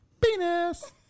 Penis